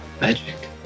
Magic